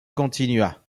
continua